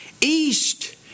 East